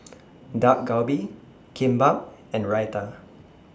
Dak Galbi Kimbap and Raita